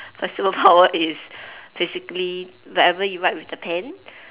my superpower is basically whenever you write with the pen